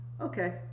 Okay